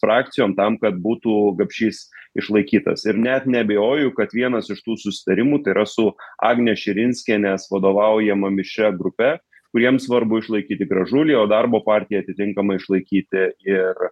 frakcijom tam kad būtų gapšys išlaikytas ir net neabejoju kad vienas iš tų susitarimų tai yra su agnės širinskienės vadovaujama mišria grupe kuriem svarbu išlaikyti gražulį o darbo partiją atitinkamai išlaikyti ir